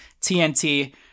TNT